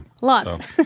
Lots